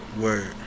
Word